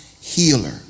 healer